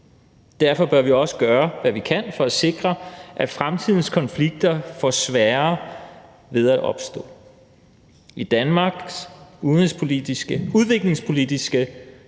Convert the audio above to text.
Derfor bør vi også gøre, hvad vi kan, for at sikre, at fremtidens konflikter får sværere ved at opstå. I Danmarks udviklingspolitiske